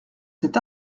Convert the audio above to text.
cet